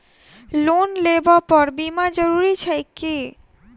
Loan लेबऽ पर बीमा जरूरी छैक की?